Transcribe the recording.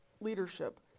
leadership